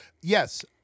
yes